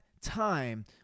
time